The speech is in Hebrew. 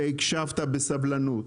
שהקשבת בסבלנות.